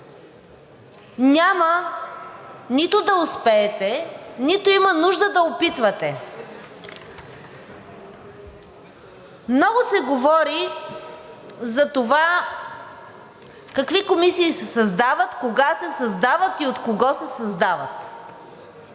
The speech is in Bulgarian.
няма нито да успеете, нито има нужда да опитвате. Много се говори за това какви комисии се създават, кога се създават и от кого се създават.